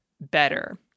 better